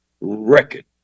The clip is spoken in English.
record